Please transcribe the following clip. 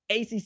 ACC